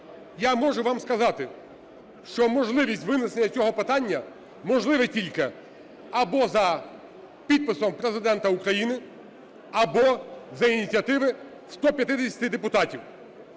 Я можу вам сказати, що можливість винесення цього питання можливе тільки або за підписом Президента України або за ініціативи 150 депутатів.